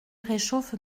réchauffe